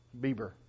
Bieber